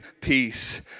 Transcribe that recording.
peace